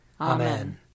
Amen